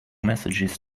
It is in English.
messages